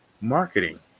marketing